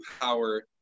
power